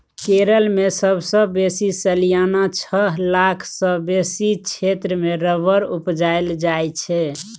केरल मे सबसँ बेसी सलियाना छअ लाख सँ बेसी क्षेत्र मे रबर उपजाएल जाइ छै